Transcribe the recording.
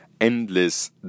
endless